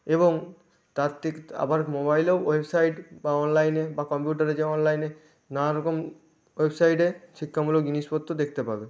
এবং তার ঠিক আবার মোবাইলেও ওয়েবসাইট বা অনলাইনে বা কম্পিউটারে যে অনলাইনে নানা রকম ওয়েবসাইটে শিক্ষামূলক জিনিসপত্র দেখতে পাবে